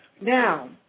Now